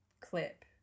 clip